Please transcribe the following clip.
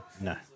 No